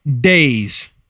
days